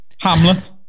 Hamlet